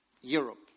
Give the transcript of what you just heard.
Europe